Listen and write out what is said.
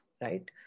right